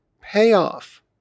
payoff